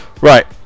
Right